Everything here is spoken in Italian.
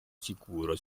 sicuro